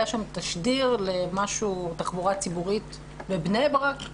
היה שם תשדיר לתחבורה ציבורית בבני ברק.